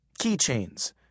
keychains